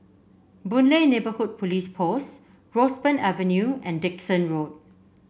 Boon Lay Neighbourhood Police Post Roseburn Avenue and Dickson Road